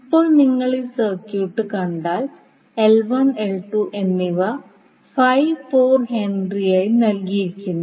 ഇപ്പോൾ നിങ്ങൾ ഈ സർക്യൂട്ട് കണ്ടാൽ എന്നിവ 5 4 ഹെൻറിയായി നൽകിയിരിക്കുന്നു